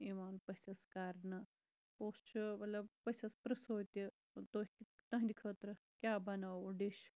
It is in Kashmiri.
یِوان پٔژِھس کرنہٕ پوٚتُس چھُ مطلب پٔژِھس پریژھو تہِ تُہُندِ خٲطرٕ کیاہ بَناوو ڈِش